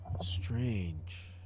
Strange